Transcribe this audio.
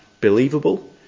believable